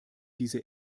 diese